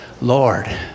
Lord